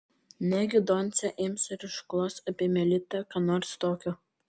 negi doncė ims ir išklos apie melitą ką nors tokio